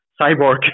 cyborg